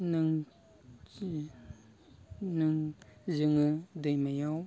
नों जि नों जोङो दैमायाव